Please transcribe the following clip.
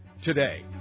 today